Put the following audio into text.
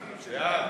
שנייה.